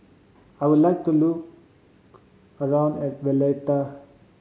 I would like to look around and Valletta